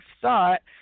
thought